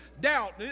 doubt